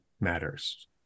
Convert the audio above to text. matters